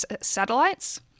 satellites